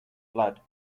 blood